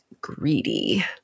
greedy